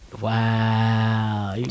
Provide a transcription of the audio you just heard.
Wow